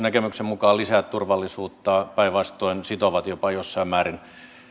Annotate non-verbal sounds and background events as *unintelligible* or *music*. *unintelligible* näkemyksen mukaan lisää turvallisuutta päinvastoin ne sitovat jopa jossain määrin